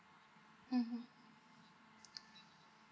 (uh huh)